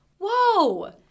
whoa